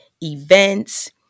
events